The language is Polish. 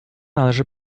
należy